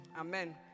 amen